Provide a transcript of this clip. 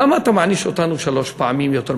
למה את מעניש אותנו שלוש פעמים יותר מכולם?